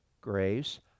grace